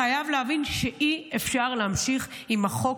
חייב להבין שאי-אפשר להמשיך עם החוק